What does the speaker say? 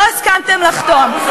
לא הסכמתם לחתום,